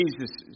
Jesus